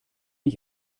ich